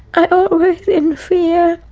i always in fear.